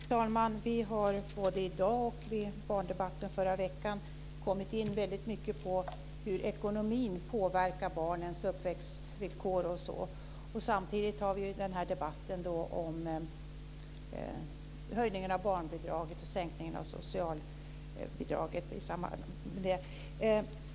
Fru talman! Vi har både i dag och i barndebatten under förra veckan väldigt mycket kommit in på hur ekonomin påverkar barnens uppväxtvillkor. Samtidigt har vi en debatt om höjningen av barnbidraget och om garantinivån på socialbidraget.